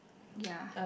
ya